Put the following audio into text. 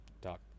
talk